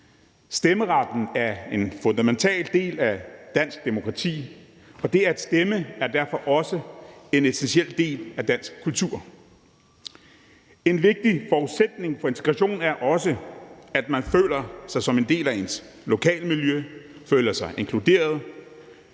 Stemmeretten er en fundamental del af dansk demokrati, og det at stemme er derfor også en essentiel del af dansk kultur. En vigtig forudsætning for integrationen er også, at man føler sig som en del af ens lokalmiljø, føler sig inkluderet